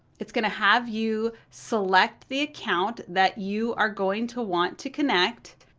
it's gonna have you select the account that you are going to want to connect.